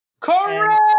Correct